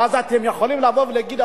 ואז אתם יכולים לבוא ולהגיד,